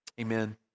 Amen